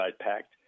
pact